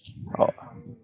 orh